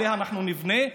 עליה אנחנו נבנה,